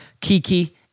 Kiki